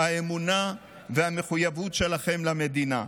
האמונה והמחויבות שלכם למדינה.